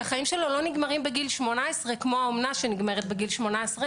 החיים שלו לא נגמרים בגיל 18 כמו האומנה שנגמרת בגיל 18,